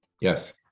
Yes